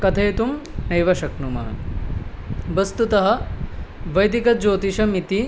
कथयितुं नैव शक्नुमः वस्तुतः वैदिकज्योतिषमिति